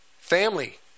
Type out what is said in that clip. family